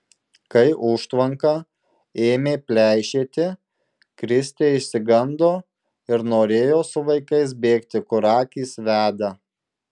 kai užtvanka ėmė pleišėti kristė išsigando ir norėjo su vaikais bėgti kur akys veda